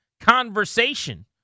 conversation